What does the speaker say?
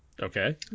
Okay